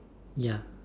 ya